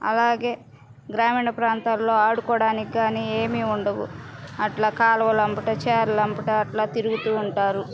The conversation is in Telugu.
అలాగే గ్రామీణ ప్రాంతాల్లో ఆడుకోడానికి కానీ ఏమీ ఉండవు అట్లా కాలువలు వెంట చెర్ల వెంట అట్లా తిరుగుతూ ఉంటారు